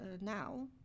now